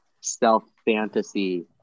self-fantasy